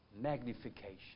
magnification